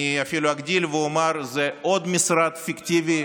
אני אפילו אגדיל ואומר: זה עוד משרד פיקטיבי